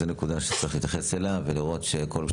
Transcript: וצריך להתייחס לנקודה הזו ולראות שאדם